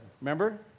Remember